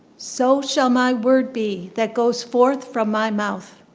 so shall my word be that goes forth from my mouth